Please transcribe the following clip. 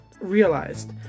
realized